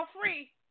free